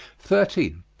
thirteen.